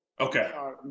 Okay